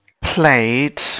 played